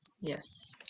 Yes